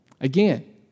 Again